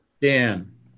Dan